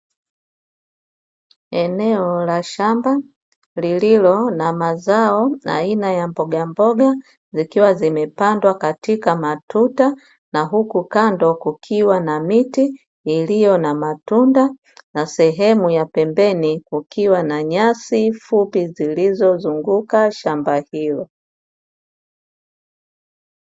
Eneo la shamba lililo na mazao aina ya mbogamboga, zikiwa zimepandwa katika matuta, na huku kando kukiwa na miti iliyo na matunda, na sehemu ya pembeni kukiwa na nyasi fupi zilizozunguka shamba hilo.